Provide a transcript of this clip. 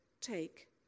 Take